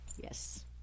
Yes